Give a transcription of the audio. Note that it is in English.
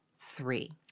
three